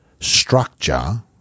structure